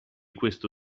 questo